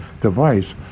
device